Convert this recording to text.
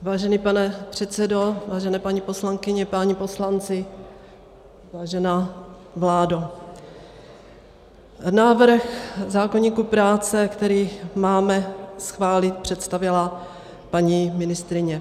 Vážený pane předsedo, vážené paní poslankyně, páni poslanci, vážená vládo, návrhu zákoníku práce, který máme schválit, představila paní ministryně.